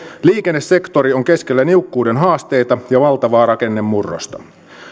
liikennesektori on keskellä niukkuuden haasteita ja valtavaa rakennemurrosta